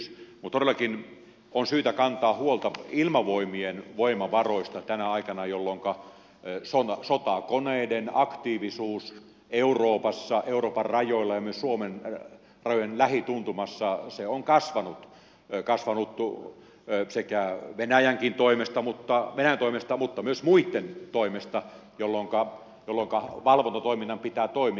mutta todellakin on syytä kantaa huolta ilmavoimien voimavaroista tänä aikana jolloinka sotakoneiden aktiivisuus euroopassa euroopan rajoilla ja myös suomen rajojen lähituntumassa on kasvanut tuula höök sekä venäjänkin toimesta paitsi venäjän toimesta myös muitten toimesta jolloinka valvontatoiminnan pitää toimia